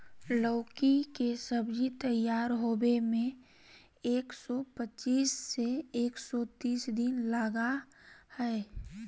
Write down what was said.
लौकी के सब्जी तैयार होबे में एक सौ पचीस से एक सौ तीस दिन लगा हइ